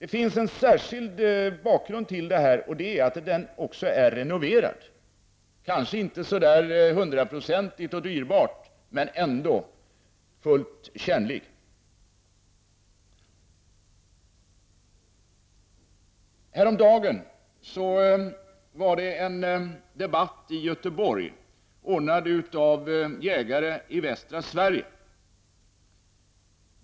Till saken hör också att anstalten är renoverad — kanske inte totalt och dyrbart, men den är ändå fullt tjänlig som anstalt. Häromdagen anordnades en debatt i Göteborg av jägare från västra Sverige.